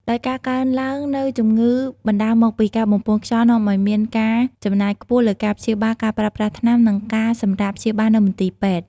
ដោយការកើនឡើងនូវជំងឺបណ្ដាលមកពីការបំពុលខ្យល់នាំឱ្យមានការចំណាយខ្ពស់លើការព្យាបាល ការប្រើប្រាស់ថ្នាំ និងការសម្រាកព្យាបាលនៅមន្ទីរពេទ្យ។